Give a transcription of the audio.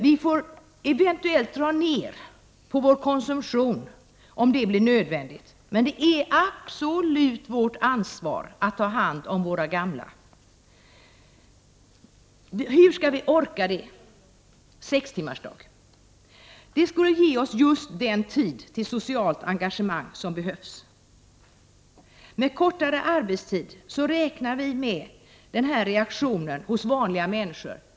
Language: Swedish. Vi får eventuellt dra ned på vår konsumtion om det blir nödvändigt, men det är absolut vårt ansvar att ta hand om våra gamla. Hur skall vi orka ta hand om våra gamla? Jo, med sex timmars arbetsdag. Det skulle ge oss just den tid till socialt engagemang som behövs. Med kortare arbetstid räknar vi med denna reaktion hos vanliga människor.